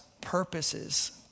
purposes